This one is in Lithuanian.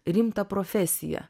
rimtą profesiją